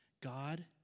God